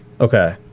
Okay